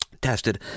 tested